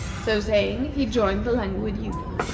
so saying he joined the languid youth.